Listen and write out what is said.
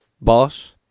Boss